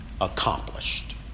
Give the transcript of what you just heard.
accomplished